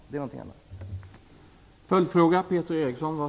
Det är någonting annat.